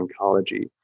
oncology